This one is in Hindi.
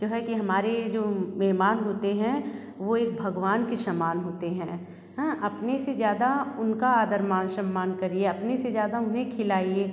जो है कि हमारे जो मेहमान होते हैं वो एक भगवान के समान होते हैं हाँ अपने से ज़्यादा उनका आदर मान सम्मान करिए अपने से ज़्यादा उन्हें खिलाइए